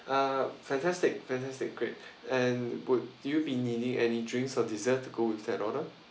uh fantastic fantastic great and would you be needing any drinks or desserts to go with that order